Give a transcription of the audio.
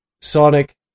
Sonic